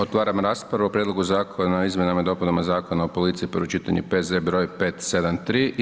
Otvaram raspravu o Prijedlu Zakona o izmjenama i dopunama Zakona o policiji, prvo čitanje, P.Z. broj 573.